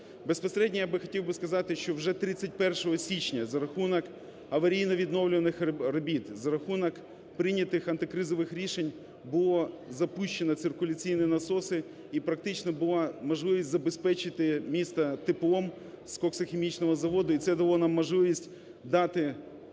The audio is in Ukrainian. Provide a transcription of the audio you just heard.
Безпосередньо я би хотів сказати, що вже 31 січня за рахунок аварійно-відновлювальних робіт, за рахунок прийнятих антикризових рішень було запущено циркуляційні наноси і практично була можливість забезпечити місто теплом з коксохімічного заводу і це дало нам можливість дати